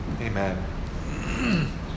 Amen